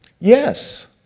Yes